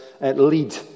lead